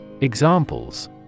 Examples